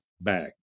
back